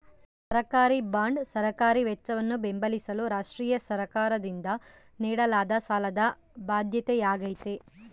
ಸರ್ಕಾರಿಬಾಂಡ್ ಸರ್ಕಾರಿ ವೆಚ್ಚವನ್ನು ಬೆಂಬಲಿಸಲು ರಾಷ್ಟ್ರೀಯ ಸರ್ಕಾರದಿಂದ ನೀಡಲಾದ ಸಾಲದ ಬಾಧ್ಯತೆಯಾಗೈತೆ